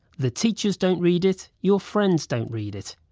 the teachers don't read it, your friends don't read it.